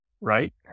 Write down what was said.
right